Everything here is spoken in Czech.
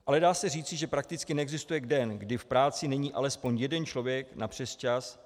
Ale dá se říci, že prakticky neexistuje den, kdy v práci není alespoň jeden člověk na přesčas.